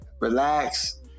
Relax